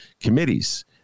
committees